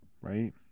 right